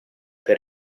per